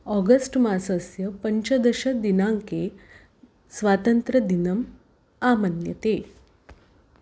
August मासस्य पञ्चदशदिनाङ्के स्वातन्त्रदिनं मन्यते